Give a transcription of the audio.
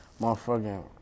motherfucking